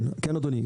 כן, אדוני.